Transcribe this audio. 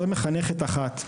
וזו מחנכת אחת.